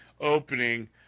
opening